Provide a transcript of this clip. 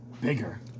bigger